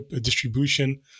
distribution